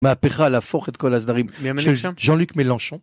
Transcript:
מהפכה להפוך את כל הסדרים, של ג'אן לוק מלנשון